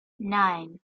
nine